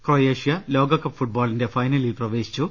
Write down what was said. Croatia ലോകകപ്പ് ഫൂട്ബോളിന്റെ ഫൈനലിൽ പ്രവേശി ച്ചു